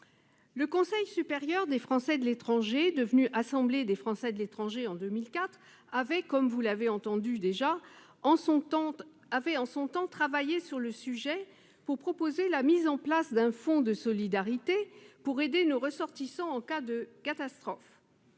Le Conseil supérieur des Français de l'étranger, devenu Assemblée des Français de l'étranger en 2004, avait en son temps, comme vous l'avez déjà entendu, travaillé sur le sujet pour proposer la mise en place d'un fonds de solidarité afin d'aider nos ressortissants en cas de catastrophe.